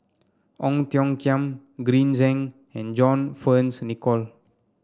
Ong Tiong Khiam Green Zeng and John Fearns Nicoll